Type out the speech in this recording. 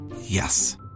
Yes